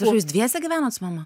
jūs dviese gyvenont su mama